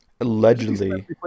Allegedly